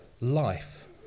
life